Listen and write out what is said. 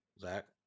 Zach